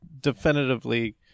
definitively